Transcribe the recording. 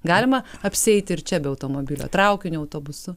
galima apsieiti ir čia be automobilio traukiniu autobusu